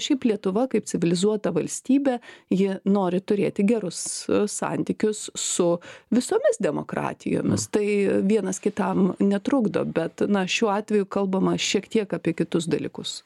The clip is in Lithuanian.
šiaip lietuva kaip civilizuota valstybė ji nori turėti gerus santykius su visomis demokratijomis tai vienas kitam netrukdo bet na šiuo atveju kalbama šiek tiek apie kitus dalykus